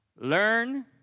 Learn